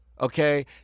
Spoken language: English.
okay